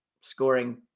scoring